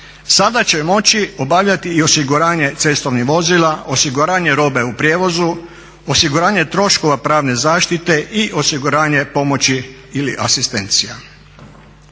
Sada će moći obavljati i osiguranje cestovnih vozila, osiguranje robe u prijevozu, osiguranje troškova pravne zaštite i osiguranje pomoći ili asistencija.